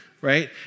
right